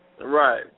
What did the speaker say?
Right